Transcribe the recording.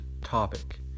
topic